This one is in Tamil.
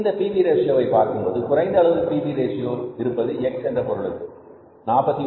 இந்த பி வி ரேஷியோ வை பார்க்கும்போது குறைந்த அளவு பி வி ரேஷியோ இருப்பது X என்ற பொருளுக்கு 49